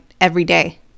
everyday